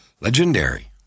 Legendary